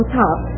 top